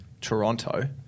Toronto